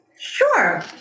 Sure